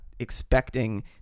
Expecting